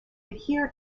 adhere